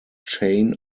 chain